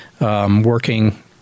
working